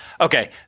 Okay